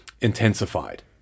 intensified